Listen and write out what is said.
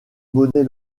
monnaies